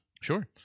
Sure